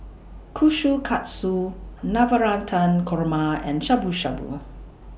Kushikatsu Navratan Korma and Shabu Shabu